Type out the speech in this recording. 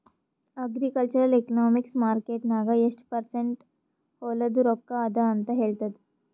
agricultural economics market ನಾಗ್ ಎಷ್ಟ percent ಹೊಲಾದು ರೊಕ್ಕಾ ಅದ ಅಂತ ಹೇಳ್ತದ್